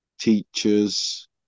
teachers